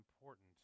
important